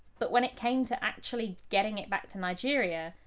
but when it came to actually getting it back to nigeria,